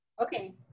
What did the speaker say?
Okay